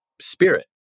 spirit